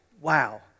wow